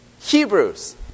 Hebrews